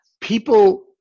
people